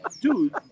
dude